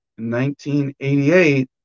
1988